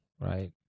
right